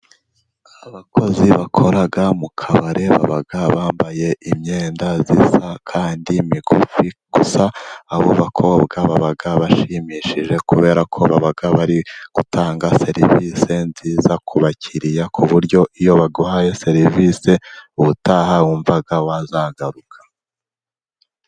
Abakozi bakoraga mu kabari babaga bambaye imyenda zisa kandi migufi, gusa abo bakobwa baba bashimishije kubera ko baba bari gutanga serivisi nziza ku bakiriya ku buryo iyo baguhaye serivisi ubutaha wumva wazagaruka.